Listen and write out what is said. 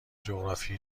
جغرافی